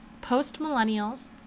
Post-Millennials